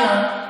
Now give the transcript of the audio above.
בשיעורי אזרחות.